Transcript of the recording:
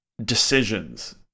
decisions